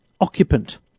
occupant